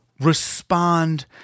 respond